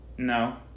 No